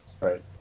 right